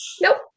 Nope